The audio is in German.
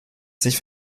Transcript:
sich